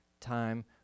time